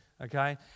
okay